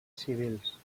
civils